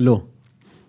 לא.